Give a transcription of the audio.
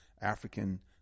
African